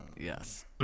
Yes